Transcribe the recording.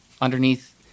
underneath